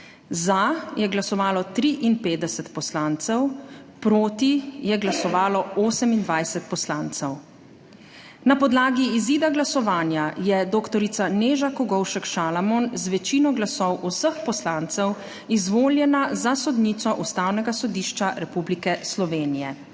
Za je glasovalo 53 poslancev, proti je glasovalo 28 poslancev. Na podlagi izida glasovanja je dr. Neža Kogovšek Šalamon z večino glasov vseh poslancev izvoljena za sodnico Ustavnega sodišča Republike Slovenije.